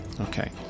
Okay